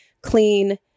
clean